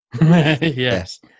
Yes